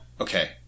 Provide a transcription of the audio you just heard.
Okay